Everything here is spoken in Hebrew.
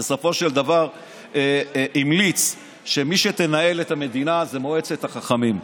בסופו של דבר המליץ שמי שתנהל את המדינה זה מועצת החכמים.